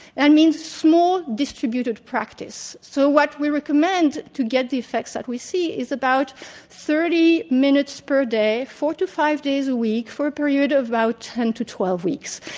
that means small distributed practice. so, what we recommend to get the effects that we see is about thirty minutes per day, four to five days a week, for a period of about ten to twelve weeks.